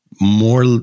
More